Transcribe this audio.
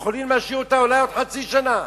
יכולים להשאיר אותה אולי עוד חצי שנה.